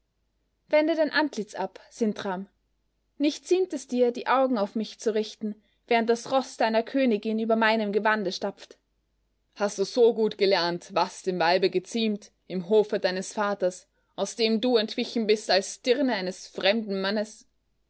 wende dein antlitz ab sintram nicht ziemt es dir die augen auf mich zu richten während das roß deiner königin über meinem gewande stapft hast du so gut gelernt was dem weibe geziemt im hofe deines vaters aus dem du entwichen bist als dirne eines fremden mannes